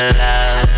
love